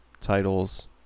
titles